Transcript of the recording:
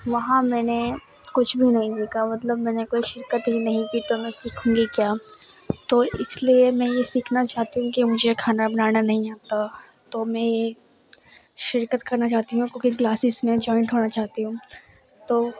وہاں میں نے کچھ بھی نہیں سیکھا مطلب میں نے کوئی شرکت ہی نہیں کی تو میں سیکھوں گی کیا تو اس لیے میں یہ سیکھنا چاہتی ہوں کہ مجھے کھانا بنانا نہیں آتا تو میں یہ شرکت کرنا چاہتی ہوں کوکنگ کلاسز میں جوائنٹ ہونا چاہتی ہوں تو